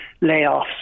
layoffs